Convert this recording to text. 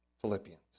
Philippians